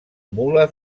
mula